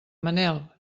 manel